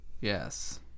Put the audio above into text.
Yes